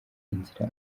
inzira